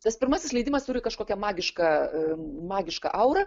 tas pirmasis leidimas turi kažkokią magišką magišką aurą